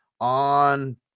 on